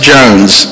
Jones